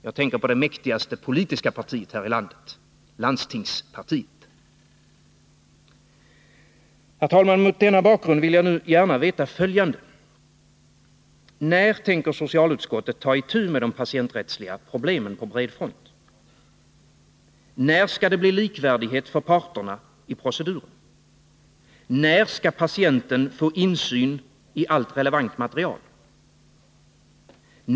Jag tänker på det mäktigaste politiska partiet här i landet: landstingspartiet. Herr talman! Mot denna bakgrund vill jag nu gärna veta följande: När skall det bli likvärdighet för parterna i proceduren? När skall patienten få insyn i allt relevant material?